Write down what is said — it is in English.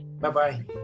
Bye-bye